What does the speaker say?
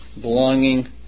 belonging